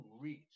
reach